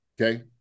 Okay